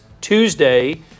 Tuesday